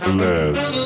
less